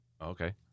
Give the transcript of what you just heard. Okay